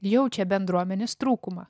jaučia bendruomenės trūkumą